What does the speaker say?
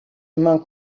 monk